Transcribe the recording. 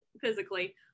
physically